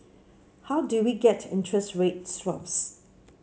how do we get interest rate swaps